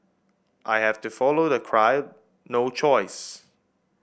I have to follow the crowd no choice